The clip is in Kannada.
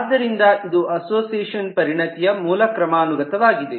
ಆದ್ದರಿಂದ ಇದು ಅಸೋಸಿಯೇಷನಲ್ಲಿ ಪರಿಣತಿಯ ಮೂಲ ಕ್ರಮಾನುಗತವಾಗಿದೆ